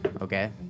Okay